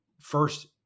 first